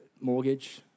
mortgage